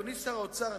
אדוני שר האוצר,